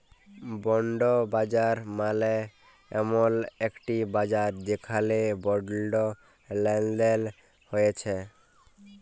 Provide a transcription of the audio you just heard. bond বাজার মালে এমল একটি বাজার যেখালে বন্ড লেলদেল হ্য়েয়